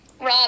Rob